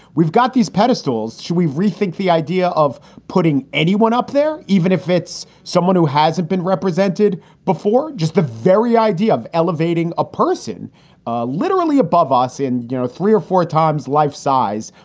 we've got these pedestals. should we rethink the idea of putting anyone up there, even if it's someone who hasn't been represented before? just the very idea of elevating a person ah literally above us in you know three or four times life size.